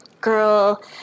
girl